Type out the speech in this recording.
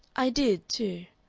i did, too,